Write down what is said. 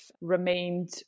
remained